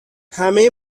همه